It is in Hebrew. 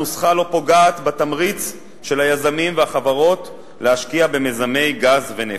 הנוסחה לא פוגעת בתמריץ של היזמים והחברות להשקיע במיזמי גז ונפט.